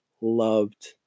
loved